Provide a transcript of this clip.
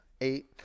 eight